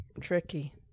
Tricky